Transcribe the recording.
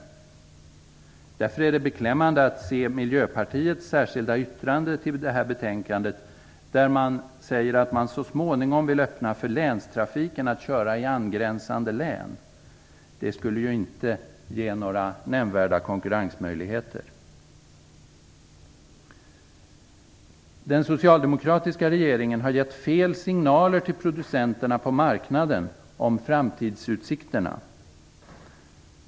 Därför är det beklämmande att se Miljöpartiets särskilda yttrande till detta betänkande där man säger att man så småningom vill öppna för länstrafiken att köra i angränsande län. Det skulle inte ge några nämnvärda konkurrensmöjligheter. Den socialdemokratiska regeringen har gett fel signaler till producenterna på marknaden om framtidsutsikterna.